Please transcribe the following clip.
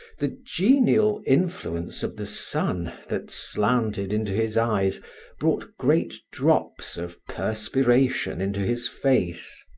the genial influence of the sun that slanted into his eyes brought great drops of perspiration into his face.